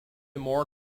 more